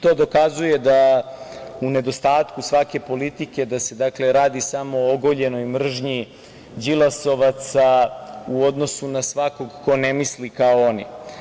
To dokazuje da u nedostatku svake politike da se radi samo o ogoljenoj mržnji đilasovaca u odnosu na svakog ko ne misli kao oni.